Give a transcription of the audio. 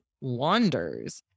wanders